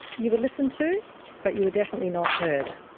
you were listened to but you were definitely not heard.